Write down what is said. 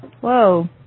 Whoa